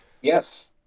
Yes